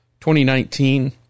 2019